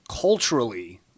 culturally